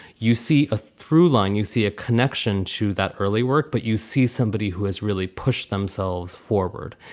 you see a through line, you see a connection to that early work, but you see somebody who has really pushed themselves forward.